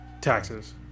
taxes